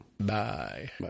Bye